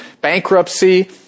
bankruptcy